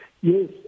Yes